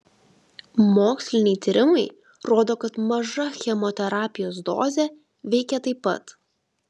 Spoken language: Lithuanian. moksliniai tyrimai rodo kad maža chemoterapijos dozė veikia taip pat